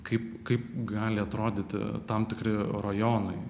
kaip kaip gali atrodyti tam tikri rajonai